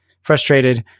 frustrated